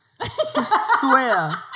swear